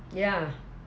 ya